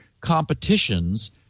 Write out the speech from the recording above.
competitions